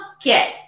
Okay